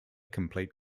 complete